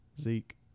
Zeke